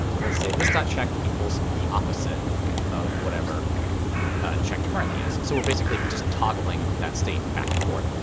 ah we'll say this dot checked equals the opposite of whatever checked currently is. so we're basically just toggling that state back and forth,